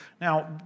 Now